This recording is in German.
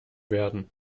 werden